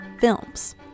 films